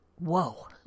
Whoa